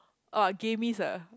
orh gamist ah